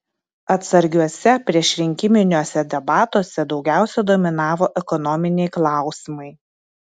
atsargiuose priešrinkiminiuose debatuose daugiausia dominavo ekonominiai klausimai